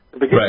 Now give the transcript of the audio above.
Right